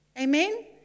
Amen